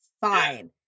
fine